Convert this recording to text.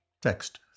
TEXT